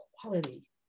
quality